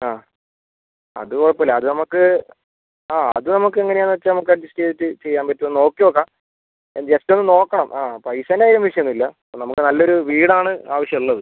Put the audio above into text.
ആ അത് കുഴപ്പമില്ല അത് നമുക്ക് ആ അത് നമുക്ക് എങ്ങനെയാണെന്ന് വെച്ചാൽ നമുക്ക് അഡ്ജസ്റ്റ് ചെയ്തിട്ട് ചെയ്യാൻ പറ്റുമോ എന്ന് നോക്കി നോക്കാം ആ ജസ്റ്റ് ഒന്ന് നോക്കണം ആ പൈസന്റെ കാര്യം വിഷയം ഒന്നുമില്ല ഇപ്പോൾ നമുക്ക് നല്ല ഒരു വീട് ആണ് ആവശ്യം ഉള്ളത്